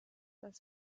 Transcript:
das